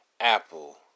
Apple